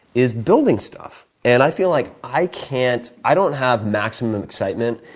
is building stuff. and i feel like i can't i don't have maximum excitement.